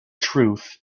truth